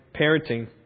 parenting